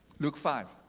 luke five